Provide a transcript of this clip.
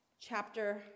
chapter